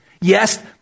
Yes